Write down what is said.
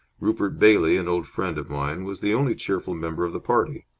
rupert bailey, an old friend of mine, was the only cheerful member of the party.